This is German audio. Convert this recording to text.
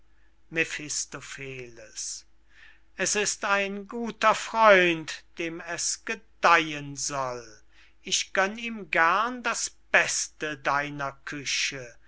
es ist ein guter freund dem es gedeihen soll ich gönn ihm gern das beste deiner küche